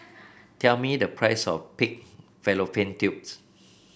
tell me the price of Pig Fallopian Tubes